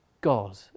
God